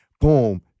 boom